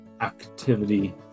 activity